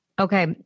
okay